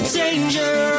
danger